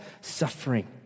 suffering